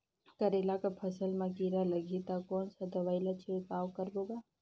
करेला कर फसल मा कीरा लगही ता कौन सा दवाई ला छिड़काव करबो गा?